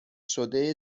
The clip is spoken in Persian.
شده